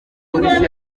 polisi